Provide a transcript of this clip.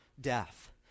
death